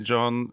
John